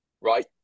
right